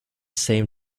same